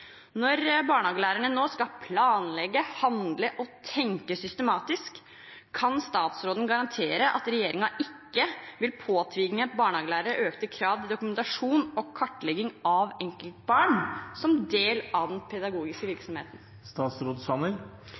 Når barnehagelærerne nå skal planlegge, handle og tenke systematisk, kan statsråden garantere at regjeringen ikke vil påtvinge barnehagelærere økte krav til dokumentasjon og kartlegging av enkeltbarn som del av den pedagogiske virksomheten?